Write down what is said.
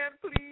please